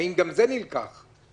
האם גם זה נלקח בחשבון?